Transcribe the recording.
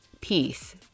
peace